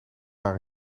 naar